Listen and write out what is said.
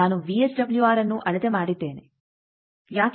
ನಾನು ವಿಎಸ್ಡಬ್ಲ್ಯೂಆರ್ಅನ್ನು ಅಳತೆ ಮಾಡಿದ್ದೇನೆ ಯಾಕೆ ನಾನು 1